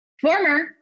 Former